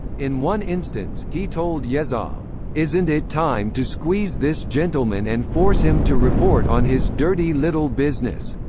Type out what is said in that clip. in one instance, he told yezhov isn't it time to squeeze this gentleman and force him to report on his dirty little business?